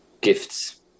gifts